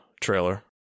trailer